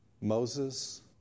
Moses